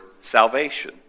salvation